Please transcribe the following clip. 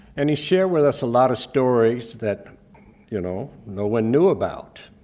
and he shared with us a lot of stories that you know no one knew about,